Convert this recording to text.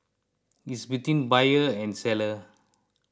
is between buyer and seller